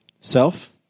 Self